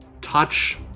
touch